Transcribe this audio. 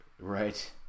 Right